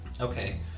Okay